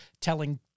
telling